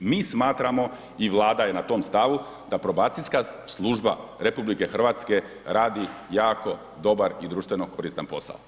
I mi smatramo i Vlada je na tom stavu da Probacijska služba RH radi jako dobar i društveno koristan posao.